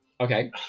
Okay